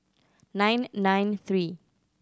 nine nine three